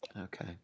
Okay